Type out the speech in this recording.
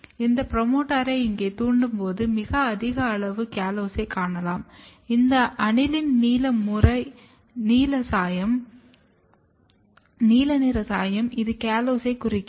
இந்த புரோமோட்டாரை இங்கே தூண்டும்போது மிக அதிக அளவு காலோஸைக் காணலாம் இந்த அனிலின் நீல நிற சாயம் இது காலோஸைக் குறிக்கிறது